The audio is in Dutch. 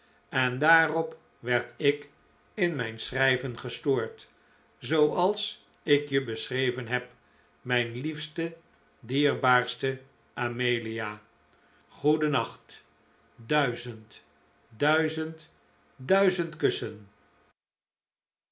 en daarop werd ik in mijn schrijven gestoord zooals ik je beschreven heb mijn liefste dierbaarste amelia goeden nacht